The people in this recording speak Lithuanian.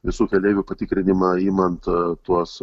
visų keleivių patikrinimą imant tuos